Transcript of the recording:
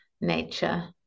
nature